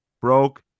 broke